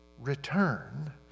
return